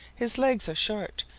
his legs are short,